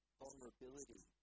vulnerability